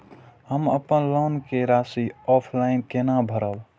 हम अपन लोन के राशि ऑफलाइन केना भरब?